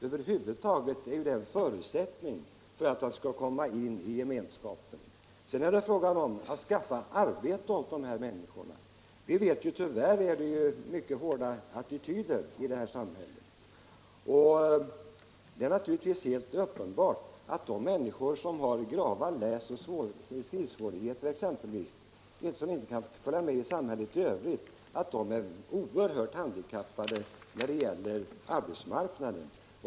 Över huvud taget är detta en förutsättning för att kunna komma in i gemenskapen. Sedan gäller det att skaffa arbeten. Tyvärr finns det mycket hårda attityder i samhället på detta område. Det är helt uppenbart att de människor som exempelvis har grava läsoch skrivsvårigheter och inte i övrigt kan klara sig i samhället är oerhört handikappade på arbetsmarknaden.